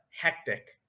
hectic